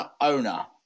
owner